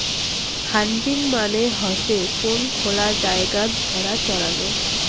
herding মানে হসে কোন খোলা জায়গাত ভেড়া চরানো